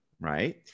Right